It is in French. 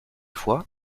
fois